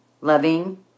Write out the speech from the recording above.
loving